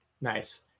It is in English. Nice